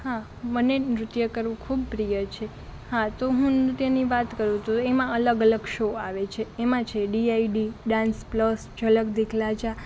હા મને નૃત્ય કરવું ખુબ પ્રિય છે હા તો હું નૃત્યની વાત કરું તો એમાં અલગ અલગ શો આવે છે એમાં છે DID dance plus Jhalak Dikhla જા